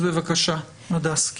בבקשה, הדס.